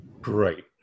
Great